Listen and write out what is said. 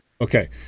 Okay